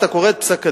אתה קורא את פסק-הדין,